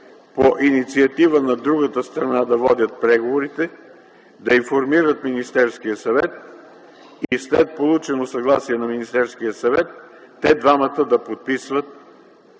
по инициатива на другата страна да водят преговорите, да информират Министерския съвет и след получено съгласие от Министерския съвет те двамата да подписват